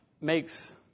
makes